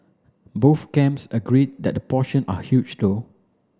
both camps agree that the portion are huge though